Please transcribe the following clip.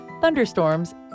Thunderstorms